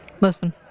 Listen